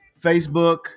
facebook